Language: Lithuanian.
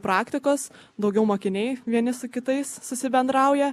praktikos daugiau mokiniai vieni su kitais susibendrauja